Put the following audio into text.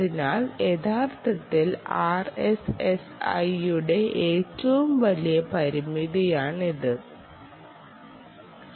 അതിനാൽ യഥാർത്ഥത്തിൽ ആർഎസ്എസ്ഐയുടെ ഏറ്റവും വലിയ പരിമിതി ഇതാണ്